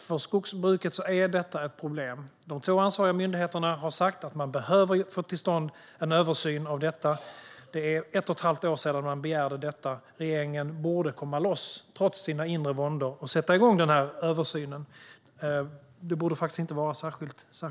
För skogsbruket är detta ett problem. De två ansvariga myndigheterna har sagt att man behöver få till stånd en översyn. Det är ett och ett halvt år sedan man begärde detta. Regeringen borde komma loss trots sina inre våndor och sätta igång denna översyn. Det borde inte vara särskilt svårt.